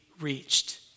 reached